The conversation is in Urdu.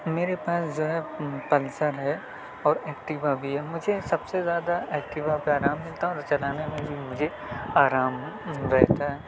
میرے پاس جو ہے پلسر ہے اور ایکٹیوا بھی ہے مجھے سب سے زیادہ اکٹیوا پہ آرام ملتا ہے اور چلانے میں بھی مجھے آرام ملتا ہے